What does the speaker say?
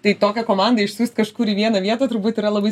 tai tokią komandą išsiųst kažkur į vieną vietą turbūt yra labai